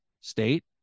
state